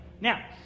Now